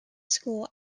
school